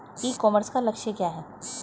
ई commerce का लक्ष्य क्या है?